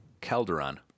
Calderon